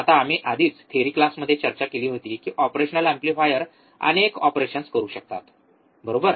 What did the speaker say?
आता आम्ही आधीच थेरी क्लासमध्ये चर्चा केली होती की ऑपरेशनल एम्पलीफायर्स अनेक ऑपरेशन्स करू शकतात बरोबर